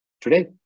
today